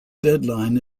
deadline